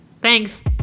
Thanks